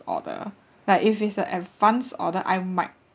order like if it's an advance order I might